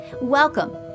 Welcome